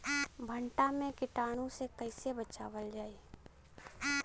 भनटा मे कीटाणु से कईसे बचावल जाई?